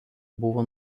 buvo